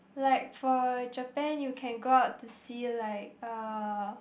like for Japan you can go out to see like uh